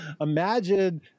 Imagine